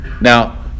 Now